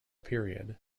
period